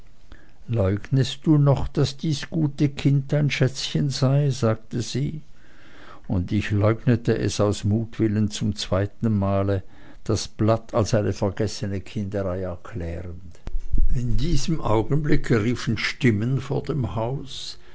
leugnest du noch daß dies gute kind dein schätzchen sei sagte sie und ich leugnete es aus mutwillen zum zweiten male das blatt als eine vergessene kinderei erklärend in diesem augenblicke riefen stimmen vor dem hause